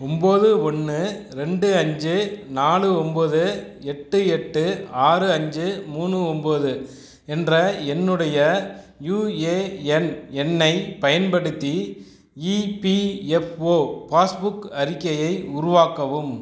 ஒம்போது ஒன்று ரெண்டு அஞ்சு நாலு ஒம்போது எட்டு எட்டு ஆறு அஞ்சு மூணு ஒம்போது என்ற என்னுடைய யூஏஎன் எண்ணைப் பயன்படுத்தி இபிஎஃப்ஓ பாஸ்புக் அறிக்கையை உருவாக்கவும்